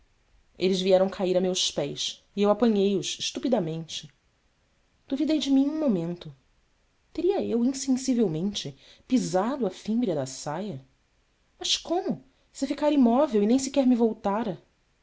eles vieram cair a meus pés e eu apanhei os estupidamente duvidei de mim um momento teria eu insensivelmente pisado a fímbria da saia mas como se ficara imóvel e nem sequer me voltara